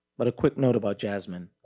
but a quick note about jasmine.